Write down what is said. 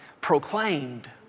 proclaimed